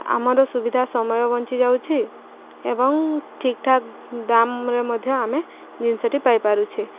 ଆମର ସୁବିଧା ସମୟ ବଞ୍ଚିଯାଉଛି ଏବଂ ଠିକ୍ ଠାକ୍ ଦାମ୍ରେ ମଧ୍ୟ ଆମେ ଜିନିଷଟି ପାଇପାରୁଛେ